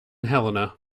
helena